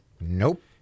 Nope